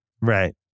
Right